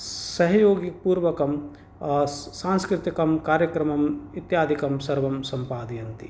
सहयोगिकपूर्वकं सांस्कृतिकं कार्यक्रमम् इत्यादिकं सर्वं सम्पादयन्ति